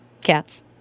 cats